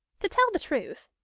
to tell the truth,